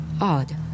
Odd